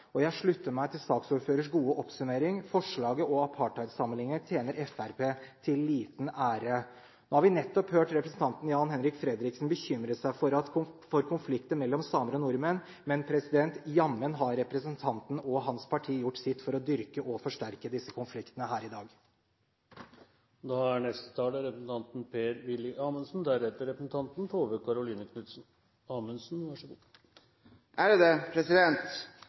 hodet. Jeg slutter meg til saksordførerens gode oppsummering: Forslaget og apartheidsammenligningen tjener Fremskrittspartiet til liten ære. Nå har vi nettopp hørt representanten Jan-Henrik Fredriksen bekymre seg over konflikter mellom samer og nordmenn, men jammen har representanten og hans parti gjort sitt her i dag for å dyrke og forsterke disse konfliktene. Jeg tenkte jeg skulle gi presidenten et lite eksempel på hvordan Stortingets arbeid ikke skal gjøres. Jeg går ut fra at presidenten har erfart det tidligere. Jeg har et eksempel fra sesjonen 1989–1990, da